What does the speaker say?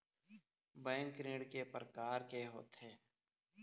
Bank ऋण के प्रकार के होथे?